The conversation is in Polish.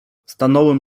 stanąłem